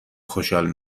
خوشحال